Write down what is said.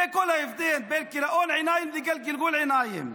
זה כל ההבדל בין כיליון עיניים לגלגול עיניים.